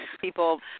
people